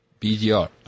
BGR